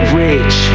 rich